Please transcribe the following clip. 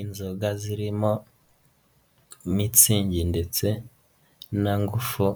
Inzoga zirimo mitsingi ndetse na ngufu